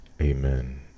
Amen